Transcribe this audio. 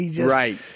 Right